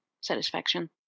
satisfaction